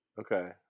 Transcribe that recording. Okay